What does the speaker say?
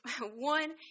one